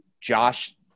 Josh